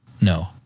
No